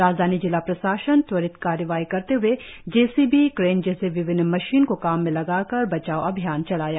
राजधानी जिला प्रशासन त्वरित कारवाई करते हए जे सी बी क्रेन जैसे विभिन्न मशीन को काम में लगाकर बचाव अभियान चलाया